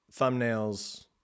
thumbnails